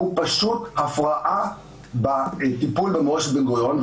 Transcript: הוא פשוט הפרעה בטיפול במורשת בן-גוריון.